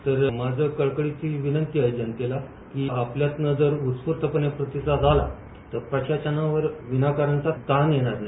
तर माझी कळकळीची विनंती आहे जनतेला की आपल्यातणं जर उस्फुर्तपणे प्रतिसाद आला तर प्रशासनावर विनाकारणचा ताण येणार नाही